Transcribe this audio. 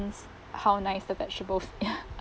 how nice the vegetables ya